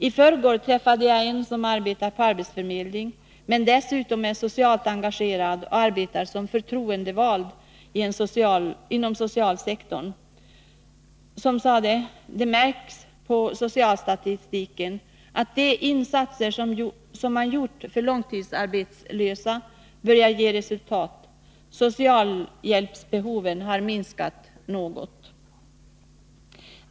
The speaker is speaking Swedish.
I förrgår träffade jag en person som arbetar på en arbetsförmedling men som dessutom är socialt engagerad och förtroendevald inom den sociala sektorn. Den personen sade: Det märks på socialstatistiken att de insatser som man gjort för långtidsarbetslösa börjar ge resultat. Socialhjälpsbehoven har minskat något.